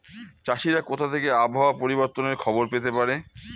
চাষিরা কোথা থেকে আবহাওয়া পরিবর্তনের খবর পেতে পারে?